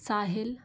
साहिल